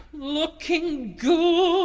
looking good.